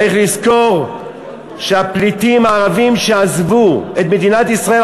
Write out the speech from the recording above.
צריך לזכור שהפליטים הערבים שעזבו את מדינת ישראל,